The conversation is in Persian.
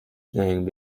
زنگ